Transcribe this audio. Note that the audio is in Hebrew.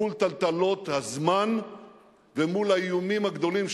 מול טלטלות הזמן ומול האיומים הגדולים,